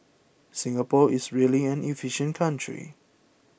Singapore is really an efficient country